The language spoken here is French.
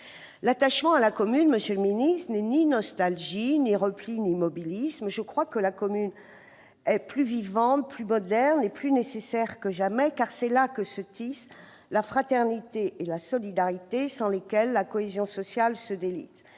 L'attachement à la commune n'est ni nostalgie, ni repli, ni immobilisme. La commune est plus vivante, plus moderne et plus nécessaire que jamais, car c'est là que se tissent la fraternité et la solidarité, sans lesquelles la cohésion sociale se délite.